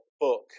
book